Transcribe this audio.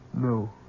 No